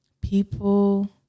people